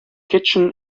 kitchen